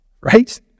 right